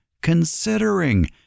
considering